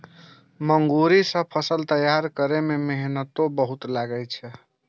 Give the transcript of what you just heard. मूंगरी सं फसल तैयार करै मे मेहनतो बहुत लागै छै